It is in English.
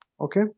Okay